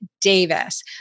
Davis